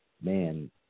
man